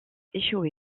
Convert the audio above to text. échoué